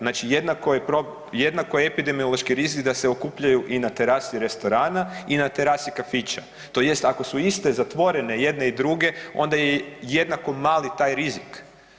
Znači jednako je epidemiološki rizik da se okupljaju i na terasi restorana i na terasi kafića tj. ako su iste zatvorene jedne i druge onda je jednako mali taj rizik.